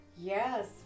Yes